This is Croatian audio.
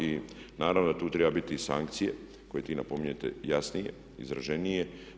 I naravno da tu treba biti i sankcije koje tu napominjete jasnije, izraženije.